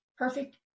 Perfect